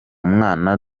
mwana